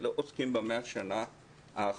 ולא עוסקים במאה השנה האחרונות,